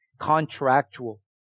contractual